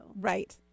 Right